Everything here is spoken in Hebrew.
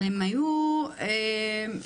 אבל הם היו מערביות,